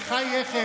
זה לא שייך.